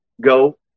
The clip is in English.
go